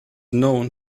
known